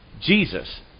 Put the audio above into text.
Jesus